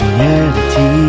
reality